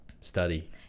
study